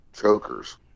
chokers